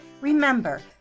remember